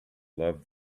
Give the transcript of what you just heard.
love